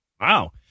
Wow